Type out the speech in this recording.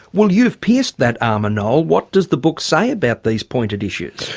well you've pierced that armour noel. what does the book say about these pointed issues?